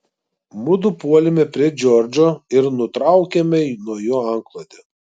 mudu puolėme prie džordžo ir nutraukėme nuo jo antklodę